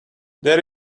there